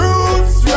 Roots